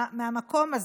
מהמקום הזה,